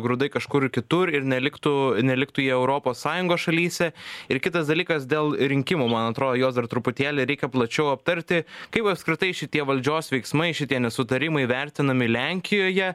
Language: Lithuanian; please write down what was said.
grūdai kažkur kitur ir neliktų neliktų jie europos sąjungos šalyse ir kitas dalykas dėl rinkimų man atrodo juos dar truputėlį reikia plačiau aptarti kaip apskritai šitie valdžios veiksmai šitie nesutarimai vertinami lenkijoje